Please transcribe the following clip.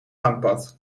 gangpad